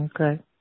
Okay